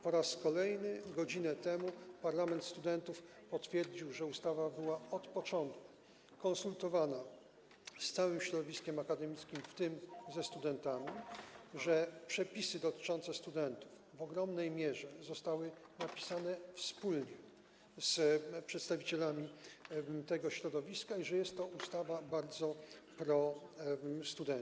Po raz kolejny godzinę temu parlament studentów potwierdził, że ustawa była od początku konsultowana z całym środowiskiem akademickim, w tym ze studentami, że przepisy dotyczące studentów w ogromnej mierze zostały napisane wspólnie z przedstawicielami tego środowiska i że jest to ustawa bardzo prostudencka.